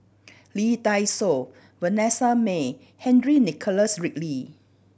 Lee Dai Soh Vanessa Mae Henry Nicholas Ridley